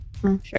sure